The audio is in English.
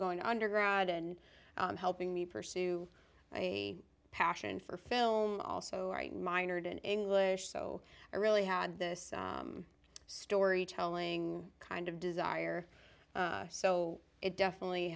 going undergrad and helping me pursue my passion for film also i minored in english so i really had this storytelling kind of desire so it definitely